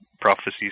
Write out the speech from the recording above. prophecies